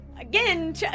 Again